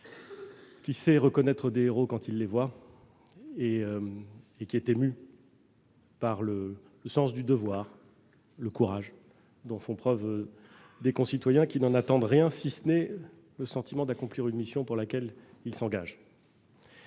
qui sait reconnaître les héros. Vous êtes ému par le sens du devoir et par le courage dont font preuve des concitoyens qui n'en attendent rien, si ce n'est le sentiment d'accomplir une mission pour laquelle ils s'engagent.